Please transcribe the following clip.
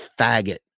faggot